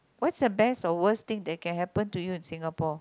what's the best or worst thing that can happen to you in Singapore